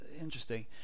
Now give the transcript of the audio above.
interesting